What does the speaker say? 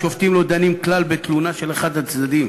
השופטים לא דנים כלל בתלונה של אחד הצדדים,